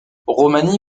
romani